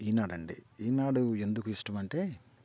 ఈనాడు అండి ఈనాడు ఎందుకు ఇష్టం అంటే